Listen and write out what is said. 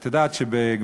את יודעת שבגמרא,